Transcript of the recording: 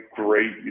great